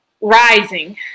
rising